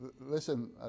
Listen